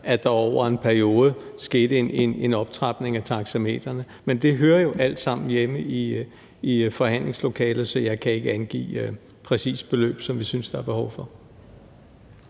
at der over en periode skete en optrapning af taxametrene. Men det hører jo alt sammen hjemme i forhandlingslokalet, så jeg kan ikke angive et præcist beløb, som vi synes der er behov for.